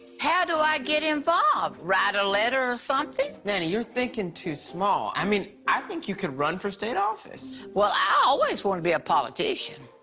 how do i get involved? write a letter or something? nanny, you're thinking too small. i mean, i think you could run for state office. well, i always wanted to be a politician.